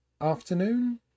afternoon